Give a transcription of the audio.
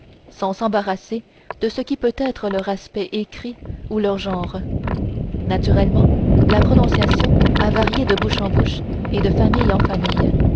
sans s'embarrasser de ce que peut être leur aspect écrit ou leur genre naturellement la prononciation a varié de bouche en bouche et de famille en famille